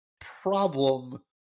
problem